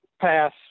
pass